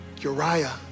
Uriah